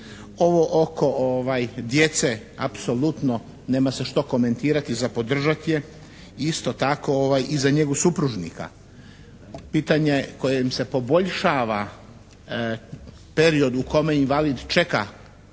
Ovo oko djece nema se što komentirati, za podržat je i isto tako i za njegu supružnika. Pitanje kojim se poboljšava period u kome invalid čeka